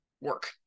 work